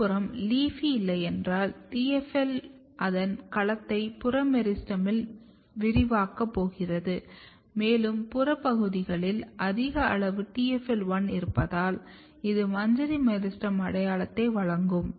மறுபுறம்LEAFY இல்லையென்றால் TFL அதன் களத்தை புற மெரிஸ்டெமில் விரிவாக்கப் போகிறது மேலும் புற பகுதியில் அதிக அளவு TFL1 இருப்பதால் இது மஞ்சரி மெரிஸ்டெம் அடையாளத்தை வழங்கும்